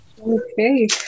Okay